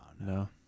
no